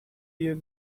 you